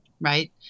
Right